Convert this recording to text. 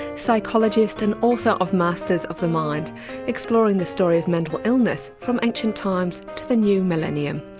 psychologist and author of masters of the mind exploring the story of mental illness from ancient times to the new millennium.